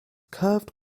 curved